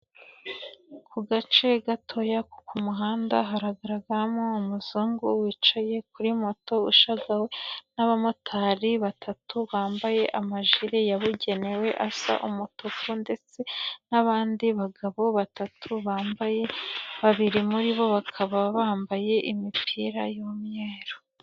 Ku gace gatoya ko ku muhanda haragaragaramo umuzungu wicaye kuri moto ushagawe n'abamotari batatu bambaye amajire yabugenewe asa umutuku ndetse n'abandi bagabo batatu bambaye, babiri muri bo bakaba bambaye imipira y'umweru.